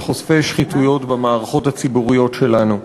חושפי שחיתויות במערכות הציבוריות שלנו.